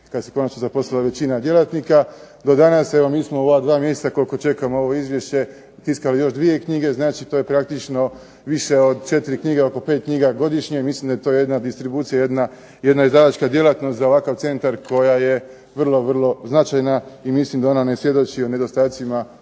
kada se konačno zaposlila većina djelatnika, do danas evo mi smo u ova dva mjeseca koliko čekamo ovo izvješće tiskali još dvije knjige, znači to je praktično više od četiri knjige, oko pet knjiga godišnje, mislim da je to jedna distribucija, jedna izdavačka djelatnost za ovakav centar koja je vrlo, vrlo značajna, i mislim da ona ne svjedoči o nedostatcima